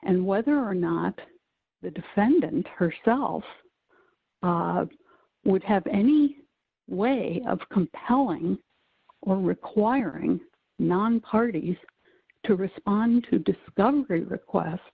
and whether or not the defendant herself would have any way of compelling or requiring nonparty use to respond to discovery request